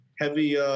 heavy